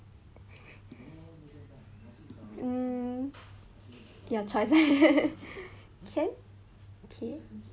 mm your choice can okay